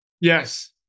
Yes